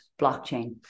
blockchain